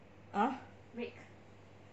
!huh!